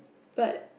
but